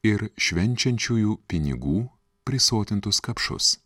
ir švenčiančiųjų pinigų prisotintus kapšus